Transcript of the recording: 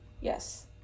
Yes